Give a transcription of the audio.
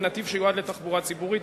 בנתיב שיועד לתחבורה ציבורית,